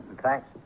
thanks